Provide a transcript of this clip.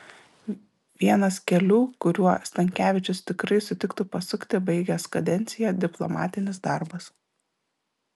vienas kelių kuriuo stankevičius tikrai sutiktų pasukti baigęs kadenciją diplomatinis darbas